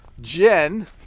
Jen